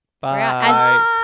Bye